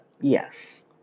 Yes